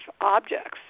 objects